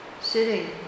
sitting